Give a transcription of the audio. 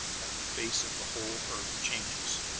and the face of the whole earth changes.